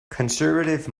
conservative